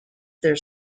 their